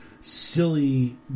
silly